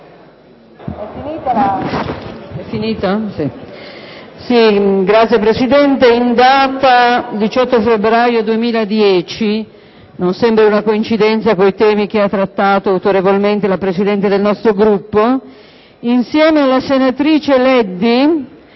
*(PD)*. Signora Presidente, in data 18 febbraio 2010 (non sembri una coincidenza con i temi che ha trattato autorevolmente la Presidente del nostro Gruppo) insieme alla senatrice Leddi